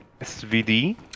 SVD